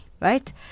right